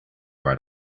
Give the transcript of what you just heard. right